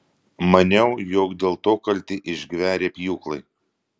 maniau jog dėl to kalti išgverę pjūklai